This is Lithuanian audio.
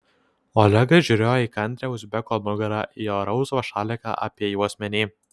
olegas žiūrėjo į kantrią uzbeko nugarą į jo rausvą šaliką apie juosmenį